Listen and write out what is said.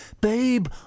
babe